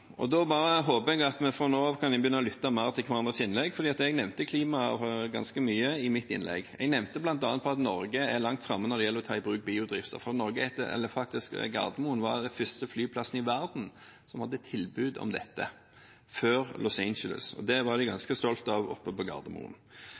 og da bare håper jeg at vi fra nå av kan begynne å lytte mer til hverandres innlegg, for jeg nevnte klima ganske mye i mitt innlegg. Jeg nevnte bl.a. at Norge er langt framme når det gjelder å ta i bruk biodrivstoff. Gardermoen var den første flyplassen i verden som hadde tilbud om dette, før Los Angeles. Det var de